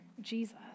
Jesus